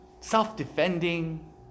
self-defending